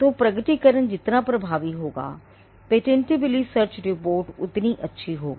तो प्रकटीकरण जितना प्रभावी होगा पेटेंटबिलिटी सर्च रिपोर्ट उतनी अच्छी होगी